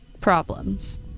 problems